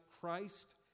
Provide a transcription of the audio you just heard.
Christ